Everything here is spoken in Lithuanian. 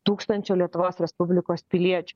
tūkstančio lietuvos respublikos piliečių